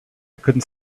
couldn’t